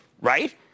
right